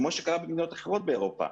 כמו שקרה במדינות אחרות באירופה.